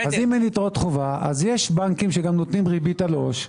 אז יש בנקים שנותנים ריבית על העו"ש.